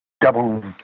double